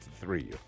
three